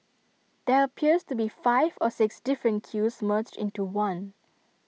there appears to be five or six different queues merged into one